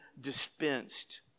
dispensed